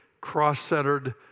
cross-centered